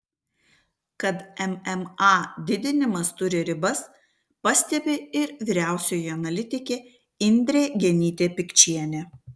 kad mma didinimas turi ribas pastebi ir vyriausioji analitikė indrė genytė pikčienė